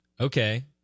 Okay